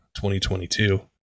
2022